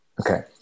Okay